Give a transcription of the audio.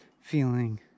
feeling